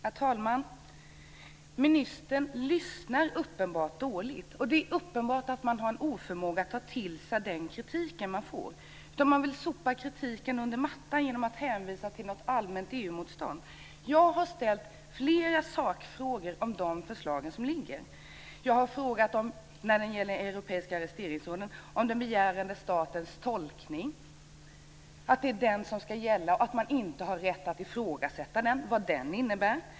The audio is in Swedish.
Herr talman! Ministern lyssnar uppenbarligen dåligt. Det är uppenbart att han har en oförmåga att till sig den kritik han får. Han vill sopa kritiken under mattan genom att hänvisa till något allmänt EU motstånd. Jag har ställt flera sakfrågor om de förslag som ligger. Jag har frågat om den begärande statens tolkning när det gäller den europeiska arresteringsordern, dvs. att det är den som ska gälla och att man inte har rätt att ifrågasätta den. Vad innebär det?